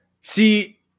See